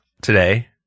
today